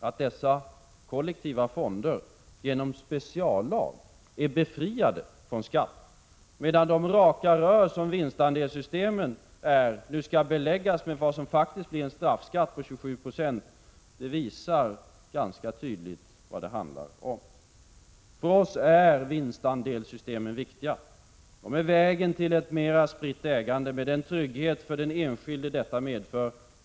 Att dessa kollektiva fonder genom speciallag är befriade från skatt, medan de ”raka rör” som vinstandelssystemen innebär nu skall beläggas med vad som faktiskt blir en straffskatt på ca 27 26, visar tydligt vad det handlar om. För oss är vinstandelssystem viktiga. De är vägen till ett mer spritt ägande, med den trygghet för den enskilde detta medför.